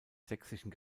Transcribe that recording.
sächsischen